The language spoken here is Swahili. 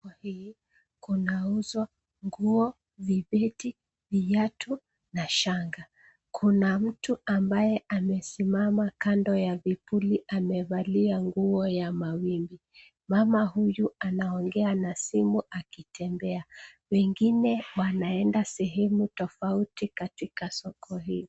Soko hii kunauzwa nguo, vibeti, viatu na shanga. Kuna mtu ambaye amesimama kando ya vipuli amevalia nguo ya mawimbi. Mama huyu anaongea na simu akitembea. Wengine wanaenda sehemu tofauti katika soko hio.